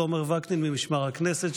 תומר וקנין ממשמר הכנסת,